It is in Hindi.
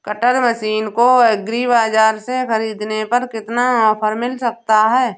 कटर मशीन को एग्री बाजार से ख़रीदने पर कितना ऑफर मिल सकता है?